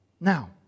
Now